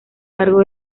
cargo